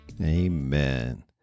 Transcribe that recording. Amen